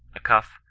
a cuff,